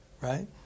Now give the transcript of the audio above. right